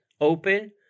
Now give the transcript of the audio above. open